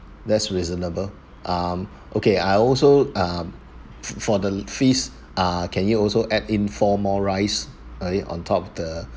that's reasonable um okay I also um f~ for the fees uh can you also add in four more rice uh it on top of the